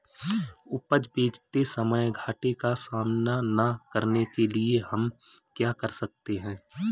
उपज बेचते समय घाटे का सामना न करने के लिए हम क्या कर सकते हैं?